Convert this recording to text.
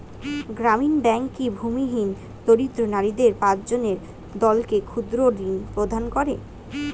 গ্রামীণ ব্যাংক কি ভূমিহীন দরিদ্র নারীদের পাঁচজনের দলকে ক্ষুদ্রঋণ প্রদান করে?